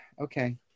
Okay